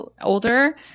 older